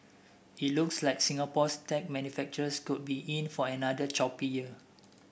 it looks like Singapore's tech manufacturers could be in for another choppy year